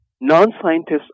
non-scientists